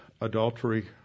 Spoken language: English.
adultery